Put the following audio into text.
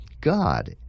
God